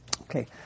Okay